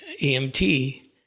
EMT